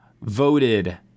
voted